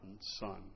son